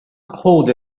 hold